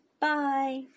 Bye